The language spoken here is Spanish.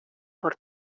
por